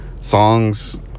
songs